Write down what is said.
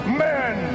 men